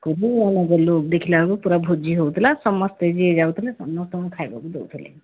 ଗଲୁ ଆଉ ଦେଖିଲା ବେଳକୁ ପୂରା ଭୋଜି ହେଉଥିଲା ସମସ୍ତେ ଯିଏ ଯାଉଥିଲା ସମସ୍ତଙ୍କୁ ଖାଇବାକୁ ଦେଉଥିଲେ